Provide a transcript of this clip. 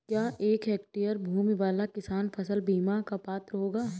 क्या एक हेक्टेयर भूमि वाला किसान फसल बीमा का पात्र होगा?